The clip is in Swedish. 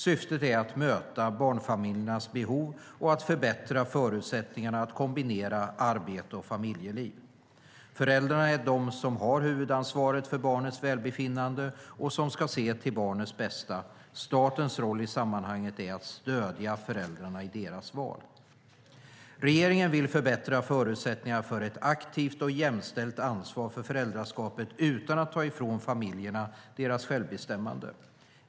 Syftet är att möta barnfamiljernas behov och att förbättra förutsättningarna att kombinera arbete och familjeliv. Föräldrarna är de som har huvudansvaret för barnets välbefinnande och som ska se till barnets bästa. Statens roll i sammanhanget är att stödja föräldrarna i deras val. Regeringen vill förbättra förutsättningarna för ett aktivt och jämställt ansvar för föräldraskapet utan att ta ifrån familjerna deras självbestämmande.